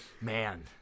Man